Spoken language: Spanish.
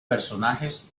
personajes